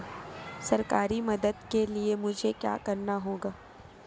सरकारी मदद के लिए मुझे क्या करना होगा?